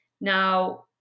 Now